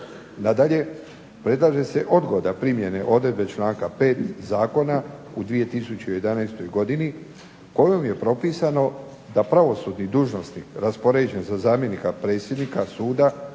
Nadalje, predlaže se odgoda primjene odredbe članka 5. Zakona u 2011. godini kojom je propisano da pravosudni dužnosnik raspoređen za zamjenika predsjednika suda,